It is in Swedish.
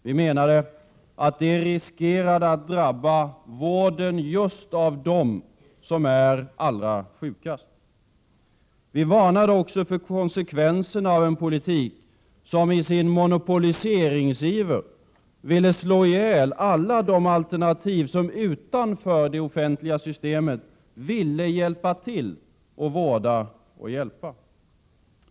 Vi menade att det riskerade att drabba vården av just dem som är allra sjukast. Vi varnade för konsekvenserna av en politik som i sin monopoliseringsiver ville slå ihjäl alla de alternativ som utanför det offentliga systemet ville hjälpa till att vårda och hjälpa.